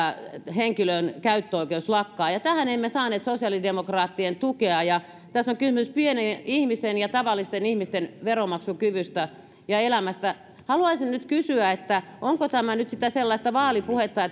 henkilön käyttöoikeus lakkaa ja ja tähän emme saaneet sosiaalidemokraattien tukea tässä on kysymys pienen ihmisen ja tavallisten ihmisten veronmaksukyvystä ja elämästä haluaisin nyt kysyä onko tämä nyt sitä sellaista vaalipuhetta